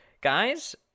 Guys